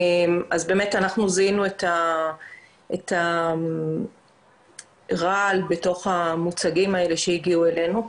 אז באמת אנחנו זיהינו את הרעל בתוך המוצגים האלה שהגיעו אלינו.